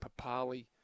Papali